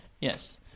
yes